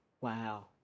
wow